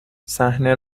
صحنه